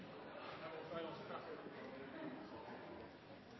Jeg har også,